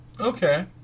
Okay